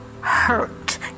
hurt